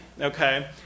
Okay